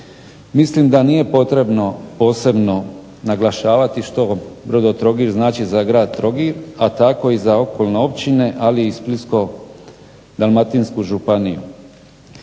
Mislim da nije potrebno posebno naglašavati što Brodotrogir znači za grad Trogir, a tako i za okolne općine ali i Splitsko-dalmatinsku županiju.